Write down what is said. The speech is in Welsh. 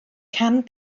can